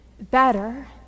better